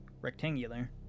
rectangular